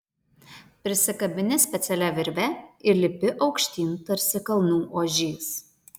prisikabini specialia virve ir lipi aukštyn tarsi kalnų ožys